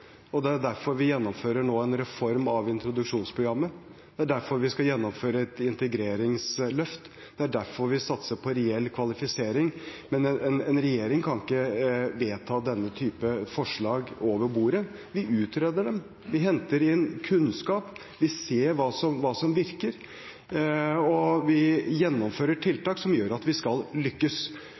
det. Det er derfor vi nå gjennomfører en reform av introduksjonsprogrammet. Det er derfor vi skal gjennomføre et integreringsløft. Det er derfor vi satser på reell kvalifisering. Men en regjering kan ikke vedta denne type forslag over bordet. Vi utreder dem. Vi henter inn kunnskap. Vi ser hva som virker, og vi gjennomfører tiltak som gjør at vi skal lykkes.